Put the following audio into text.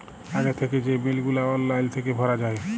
আগে থ্যাইকে যে বিল গুলা অললাইল থ্যাইকে ভরা যায়